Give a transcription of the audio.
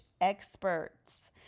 experts